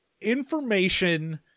information